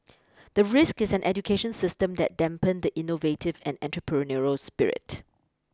the risk is an education system that dampen the innovative and entrepreneurial spirit